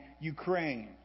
Ukraine